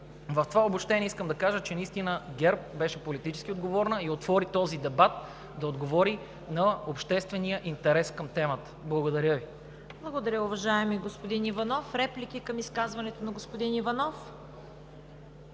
В това обобщение искам да кажа, че ГЕРБ беше политически отговорна и отвори този дебат, за да отговори на обществения интерес към темата. Благодаря Ви. ПРЕДСЕДАТЕЛ ЦВЕТА КАРАЯНЧЕВА: Благодаря, уважаеми господин Иванов. Реплики към изказването на господин Иванов?